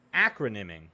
acronyming